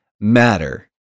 matter